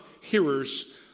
hearers